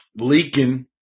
leaking